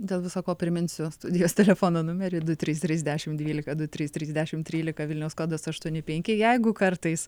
dėl visa ko priminsiu studijos telefono numerį du trys trys dešim dvylika du trys trys dešim trylika vilniaus kodas aštuoni penki jeigu kartais